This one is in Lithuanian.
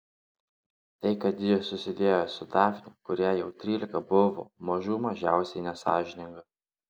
tai kad ji susidėjo su dafne kuriai jau trylika buvo mažų mažiausiai nesąžininga